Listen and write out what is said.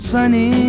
Sunny